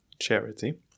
charity